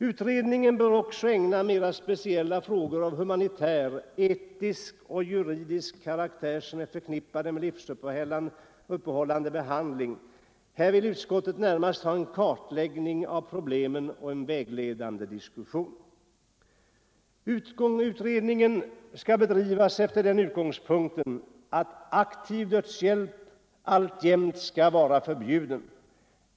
Utredningen bör också ägna uppmärksamhet åt mera speciella frågor av humanitär, etisk och juridisk karaktär som är förknippade med livsuppehållande behandling. Där vill utskottet ha en kartläggning av problemen och en vägledande diskussion. Likaså skall utredningen bedrivas från den utgångspunkten att aktiv dödshjälp alltjämt skall vara förbjuden.